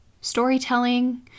storytelling